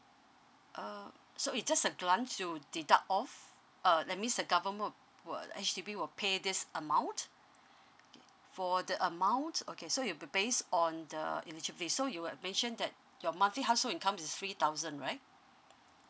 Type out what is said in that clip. uh so it's just a you deduct off uh that means the government will will H_D_B will pay this amount okay for the amount okay so it'll be based on the eligibility so you were mentioned that your monthly household income is three thousand right